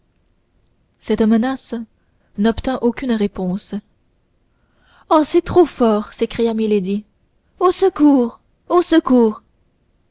cette menace n'obtint aucune réponse oh c'est trop fort s'écria milady au secours au secours